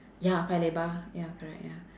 ya paya lebar ya correct ya